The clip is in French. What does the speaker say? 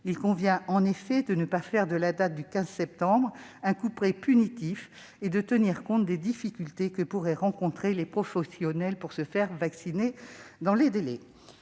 Il convient en effet de ne pas faire de la date du 15 septembre un couperet punitif et de tenir compte des difficultés que pourraient rencontrer les professionnels pour se faire vacciner dans les délais.